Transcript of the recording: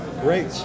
great